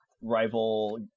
rival